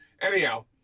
Anyhow